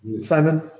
simon